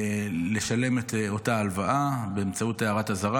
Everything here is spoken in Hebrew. לשלם את אותה ההלוואה באמצעות הערת אזהרה.